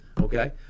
okay